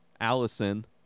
Allison